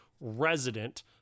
resident